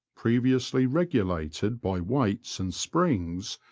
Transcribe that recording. previously regulated by weights and springs,